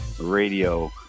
radio